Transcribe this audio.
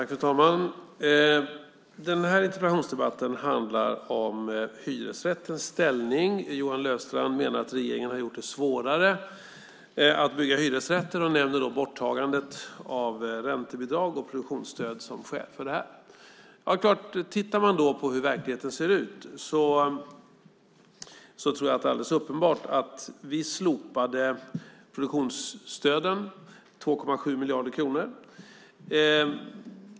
Fru talman! Den här interpellationsdebatten handlar om hyresrättens ställning. Johan Löfstrand menar att regeringen har gjort det svårare att bygga hyresrätter och nämner då borttagandet av räntebidrag och produktionsstöd som skäl för det. Om man tittar på hur verkligheten ser ut tror jag att det är alldeles uppenbart att vi slopade produktionsstöden, 2,7 miljarder kronor.